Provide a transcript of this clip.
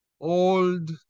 old